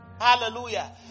Hallelujah